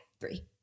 three